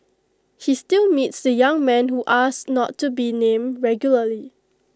he still meets the young man who asked not to be named regularly